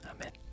Amen